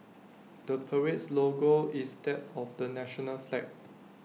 the parade's logo is that of the national flag